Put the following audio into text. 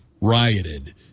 rioted